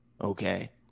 Okay